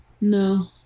No